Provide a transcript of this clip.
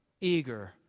eager